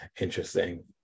interesting